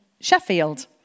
Sheffield